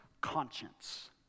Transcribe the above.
conscience